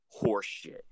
horseshit